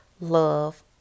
love